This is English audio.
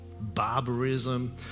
barbarism